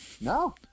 No